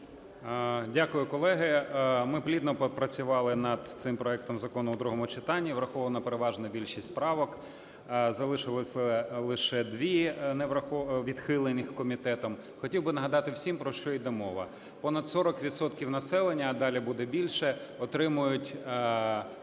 Дякую, колеги. Ми плідно попрацювали над цим проектом закону в другому читанні, врахована переважна більшість правок. Залишилося лише дві відхилених комітетом. Хотів би нагадати всім, про що йде мова. Понад 40 відсотків населення, а далі буде більше, отримують